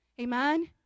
Amen